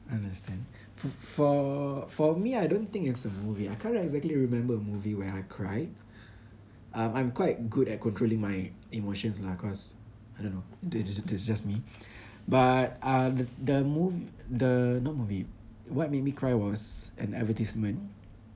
I understand for for me I don't think it's a movie I can't exactly remember a movie where I cried um I'm quite good at controlling my emotions lah cause I don't know that's just that's just me but uh the mov~ the not movie what made me cry was an advertisement